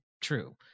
true